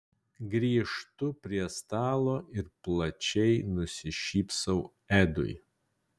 grįžtu prie stalo ir plačiai nusišypsau edui